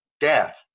death